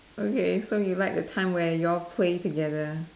okay so you like the time where you all play together